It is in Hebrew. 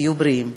תהיו בריאים.